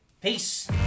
peace